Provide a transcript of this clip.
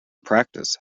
practice